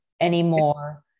anymore